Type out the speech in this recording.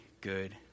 good